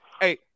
Hey